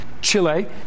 Chile